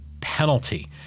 penalty